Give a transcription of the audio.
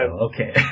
Okay